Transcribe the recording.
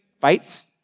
fights